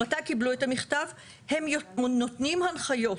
רט"ג קיבלו את המכתב, הם נותנים הנחיות,